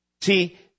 See